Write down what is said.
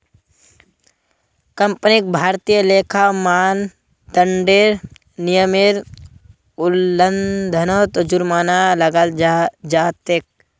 कंपनीक भारतीय लेखा मानदंडेर नियमेर उल्लंघनत जुर्माना लगाल जा तेक